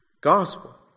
gospel